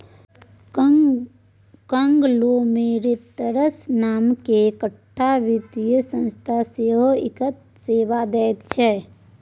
conglomerates नामकेँ एकटा वित्तीय संस्था सेहो इएह सेवा दैत छै